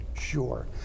Sure